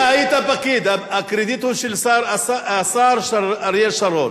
אתה היית פקיד, הקרדיט הוא של השר אריאל שרון.